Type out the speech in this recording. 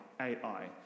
Ai